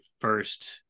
first